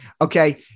Okay